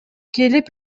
келип